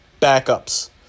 backups